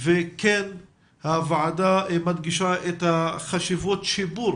הוועדה מדגישה את החשיבות שיש בשיפור